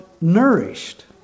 nourished